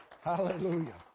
Hallelujah